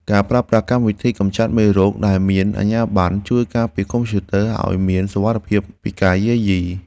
ការប្រើប្រាស់កម្មវិធីកំចាត់មេរោគដែលមានអាជ្ញាប័ណ្ណ ជួយការពារកុំព្យូទ័រឱ្យមានសុវត្ថិភាពពីការយាយី។